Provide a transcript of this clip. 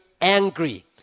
angry